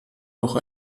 noch